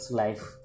life